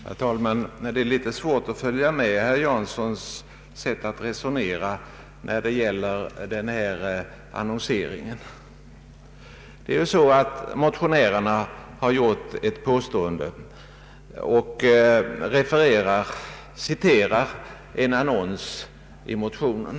Herr talman! Det är litet svårt att följa med herr Paul Janssons sätt att resonera om annonseringen. Motionärerna har gjort ett påstående och citerat en annons i motionen.